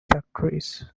factories